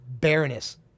baroness